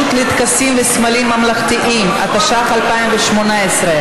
חברת הכנסת עליזה לביא, בבקשה.